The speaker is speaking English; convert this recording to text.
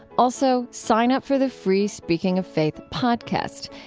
also, sign up for the free speaking of faith podcast.